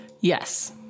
yes